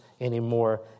anymore